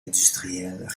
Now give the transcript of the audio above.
industrielles